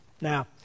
Now